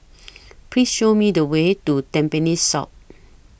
Please Show Me The Way to Tampines South